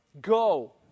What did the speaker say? go